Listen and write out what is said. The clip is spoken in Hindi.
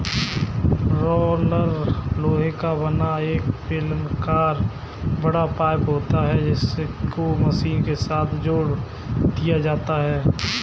रोलर लोहे का बना एक बेलनाकर बड़ा पाइप होता है जिसको मशीन के साथ जोड़ दिया जाता है